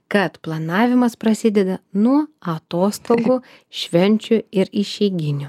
kad planavimas prasideda nuo atostogų švenčių ir išeiginių